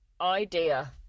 idea